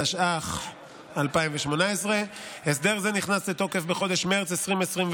התשע"ח 2018. הסדר זה נכנס לתוקף בחודש מרץ 2021,